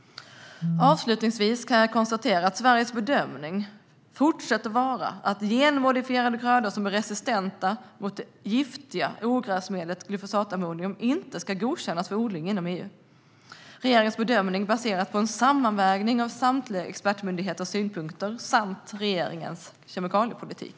Avslutningsvis kan jag konstatera att Sveriges bedömning fortsätter att vara att genmodifierade grödor som är resistenta mot det giftiga ogräsmedlet glufosinatammonium inte ska godkännas för odling inom EU. Regeringens bedömning baseras på en sammanvägning av samtliga expertmyndigheters synpunkter och regeringens kemikaliepolitik.